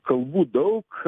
kalbų daug